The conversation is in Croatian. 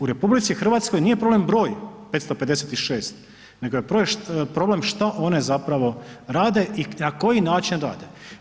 U RH nije problem broj 556 nego je problem šta one zapravo rade i na koji način rade.